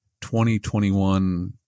2021